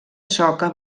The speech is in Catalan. soca